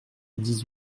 dix